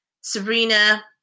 Sabrina